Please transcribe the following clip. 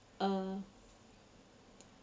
uh